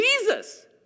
Jesus